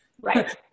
right